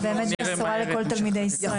זו באמת בשורה לכל תלמידי ישראל.